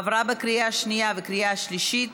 עברה בקריאה שנייה וקריאה שלישית,